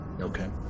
Okay